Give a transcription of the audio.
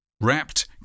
Wrapped